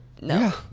No